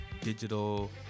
digital